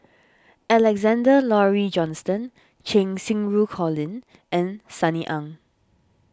Alexander Laurie Johnston Cheng Xinru Colin and Sunny Ang